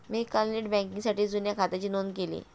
मी काल नेट बँकिंगसाठी जुन्या खात्याची नोंदणी केली